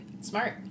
Smart